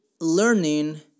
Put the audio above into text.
learning